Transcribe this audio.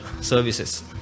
services